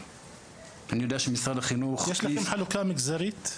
אני יודע שמשרד החינוך --- יש לכם חלוקה מגזרית?